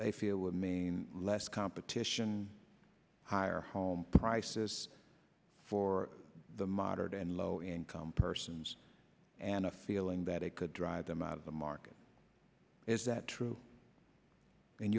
they feel will mean less competition higher home prices for the moderate and low income persons and a feeling that it could drive them out of the market is that true in